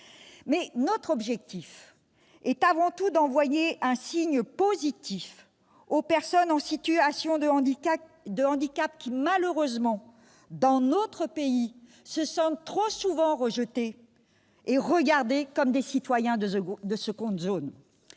Mais notre objectif est avant tout d'envoyer un signe positif aux personnes en situation de handicap, qui, malheureusement, se sentent trop souvent rejetées et regardées comme des citoyens de seconde zone